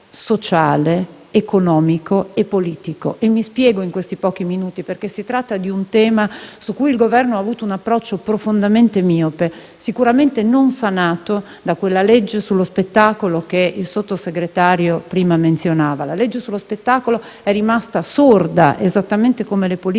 minuti a mia disposizione perché si tratta di un tema su cui il Governo ha avuto un approccio profondamente miope, sicuramente non sanato da quella legge sullo spettacolo che la Sottosegretaria prima menzionava. La legge sullo spettacolo è rimasta sorda, esattamente come le politiche